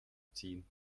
ziehen